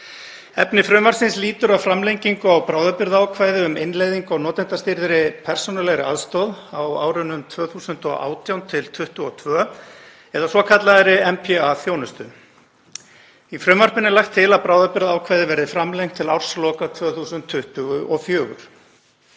Efni frumvarpsins lýtur að framlengingu á bráðabirgðaákvæði um innleiðingu á notendastýrði persónulegri aðstoð á árunum 2018–2022 eða svokallaðri NPA-þjónustu. Í frumvarpinu er lagt til að bráðabirgðaákvæðið verði framlengt til ársloka 2024.